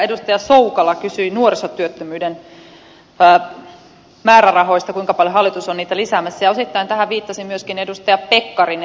edustaja soukola kysyi nuorisotyöttömyyden määrärahoista kuinka paljon hallitus on niitä lisäämässä ja osittain tähän viittasi myöskin edustaja pekkarinen